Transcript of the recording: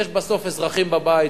יש בסוף אזרחים בבית,